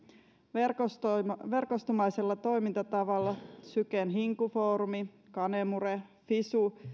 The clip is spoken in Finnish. verkostomaisella verkostomaisella toimintatavalla syken hinku foorumi canemure fisu